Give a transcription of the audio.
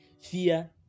fear